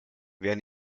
wer